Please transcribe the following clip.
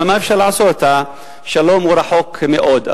אבל מה אפשר לעשות, השלום רחוק מאוד.